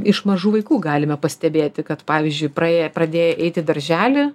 iš mažų vaikų galime pastebėti kad pavyzdžiui praėję pradėję eiti į darželį